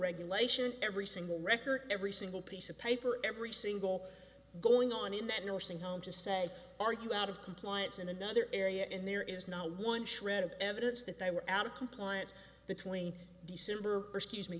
regulation every single record every single piece of paper every single going on in that nursing home to say are you out of compliance in another area and there is not one shred of evidence that they were out of compliance the twenty december scuse me